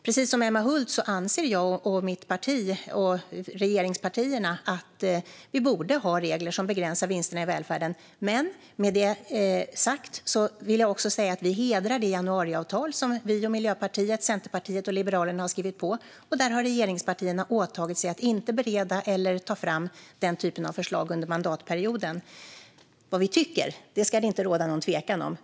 Precis som Emma Hult anser jag och regeringspartierna att vi borde ha regler som begränsar vinsterna i välfärden. Men med det sagt vill jag också säga att vi hedrar det januariavtal som vi, Miljöpartiet, Centerpartiet och Liberalerna har skrivit på, och där har regeringspartierna åtagit sig att inte bereda eller ta fram den typen av förslag under mandatperioden. Vad vi tycker ska det inte råda någon tvekan om.